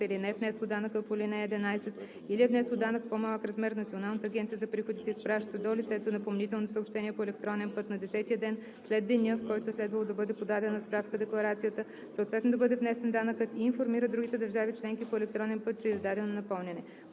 или не е внесло данъка по ал. 11, или е внесло данък в по-малък размер, Националната агенция за приходите изпраща до лицето напомнително съобщение по електронен път на 10-ия ден след деня, в който е следвало да бъде подадена справка-декларацията, съответно да бъде внесен данъкът, и информира другите държави членки по електронен път, че е издадено напомняне.